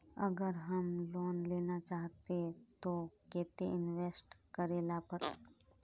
अगर हम लोन लेना चाहते तो केते इंवेस्ट करेला पड़ते?